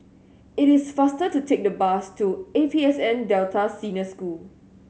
it is faster to take the bus to A P S N Delta Senior School